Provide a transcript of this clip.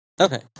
Okay